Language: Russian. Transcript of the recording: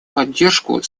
поддержку